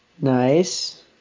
Nice